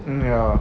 um ya